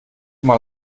mal